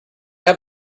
have